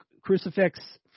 crucifix